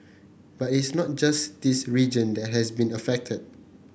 but it's not just this region that has been affected